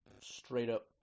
straight-up